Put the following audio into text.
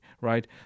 right